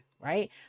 right